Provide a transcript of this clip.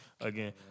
again